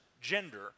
gender